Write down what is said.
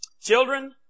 Children